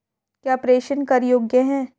क्या प्रेषण कर योग्य हैं?